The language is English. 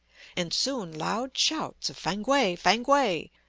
and soon loud shouts of fankwae, fankwae!